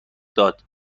داد